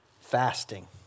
fasting